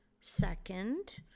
Second